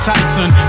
Tyson